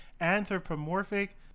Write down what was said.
anthropomorphic